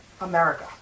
America